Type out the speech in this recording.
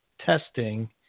testing